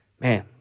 Man